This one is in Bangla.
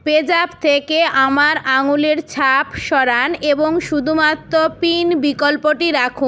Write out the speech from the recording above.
পেজ্যাপ থেকে আমার আঙুলের ছাপ সরান এবং শুধুমাত্র পিন বিকল্পটি রাখুন